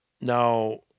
Now